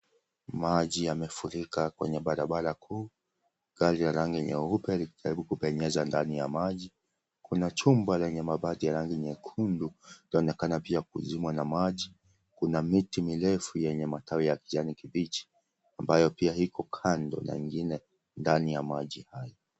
Maji yamefurika kwenye barabara kuu, gari la rangi nyeupe likijaribu kupenyeza ndani ya maji, kuna chumba lenye mabati ya rangi nyekundu linaloonekana pia kuzimwa na maji, kuna miti mirefu yenye matawi ya kijani kibichi ambayo pia iko kando na ingine ndani ya maji hayo.